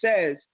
says